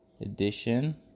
edition